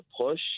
push –